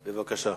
בבקשה.